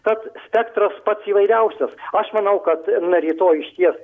tad spektras pats įvairiausias aš manau kad na rytoj išties